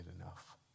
enough